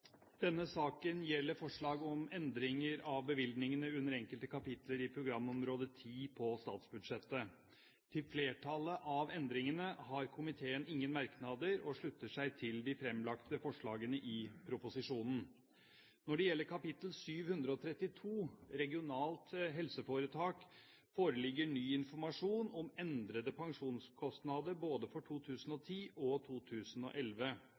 Denne saken gjelder forslag om endringer av bevilgningene under enkelte kapitler i programområde 10 på statsbudsjettet. Til flertallet av endringene har komiteen ingen merknader og slutter seg til de fremlagte forslagene i proposisjonen. Når det gjelder kapittel 732, Regionale helseforetak, foreligger ny informasjon om endrede pensjonskostnader både for 2010 og 2011.